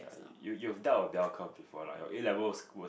you you doubt of bell curve before lah your A-level was